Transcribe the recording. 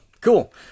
cool